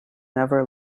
never